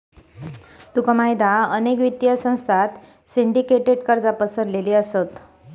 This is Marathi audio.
तुका माहित हा अनेक वित्तीय संस्थांत सिंडीकेटेड कर्जा पसरलेली असत